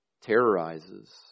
terrorizes